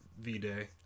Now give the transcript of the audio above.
V-Day